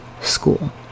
school